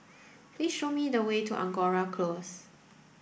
please show me the way to Angora Close